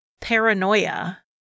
paranoia